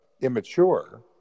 immature